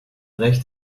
recht